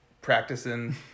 practicing